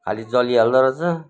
खालि जलिहाल्दो रहेछ